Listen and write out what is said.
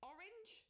Orange